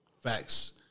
Facts